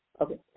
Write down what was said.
Okay